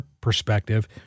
perspective